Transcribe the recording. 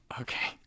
Okay